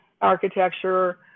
architecture